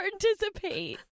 participate